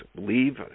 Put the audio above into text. Leave